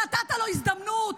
נתת לו הזדמנות,